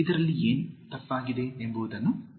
ಇದರಲ್ಲಿ ಏನು ತಪ್ಪಾಗಿದೆ ಎಂಬುದನ್ನು ಗುರುತಿಸಿ